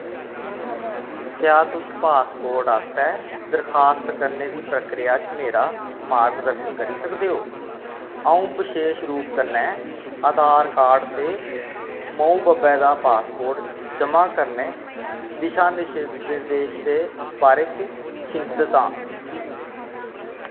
क्या तुस पासपोर्ट आस्तै दरखास्त करने दी प्रक्रिया च मेरा मार्गदर्शन करी सकदे ओ अऊं बशेश रूप कन्नै आधार कार्ड ते माऊ बब्बै दा पासपोर्ट जमा करने दिशानिर्देश दे बारे च चिंतत आं